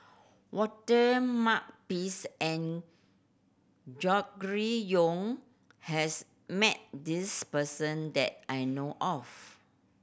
Walter Makepeace and Gregory Yong has met this person that I know of